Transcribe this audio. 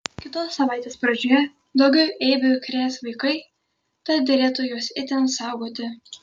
kitos savaitės pradžioje daugiau eibių krės vaikai tad derėtų juos itin saugoti